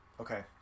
Okay